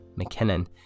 McKinnon